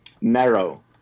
narrow